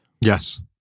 Yes